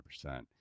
100%